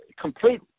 complete